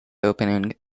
opening